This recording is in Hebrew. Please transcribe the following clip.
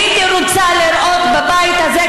הייתי רוצה לראות בבית הזה,